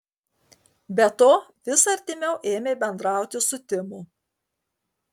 be to vis artimiau ėmė bendrauti su timu